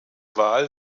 wahl